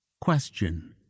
question